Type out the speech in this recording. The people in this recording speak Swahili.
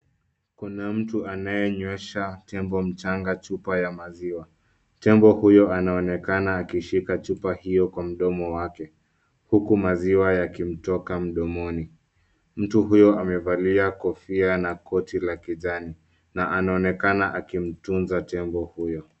Kuna mtu anayenywesha tembo mchanga chupa ya maziwa. Tembo huyo anaonekana akishika chupa hiyo kwa mdomo wake, huku maziwa yakimtoka mdomoni. Mtu huyo amevalia kofia, na koti la kijani, na anaonekana akimtunza tembo huyo.